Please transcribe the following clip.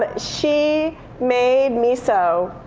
ah she made miso.